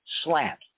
slant